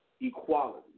equality